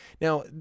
Now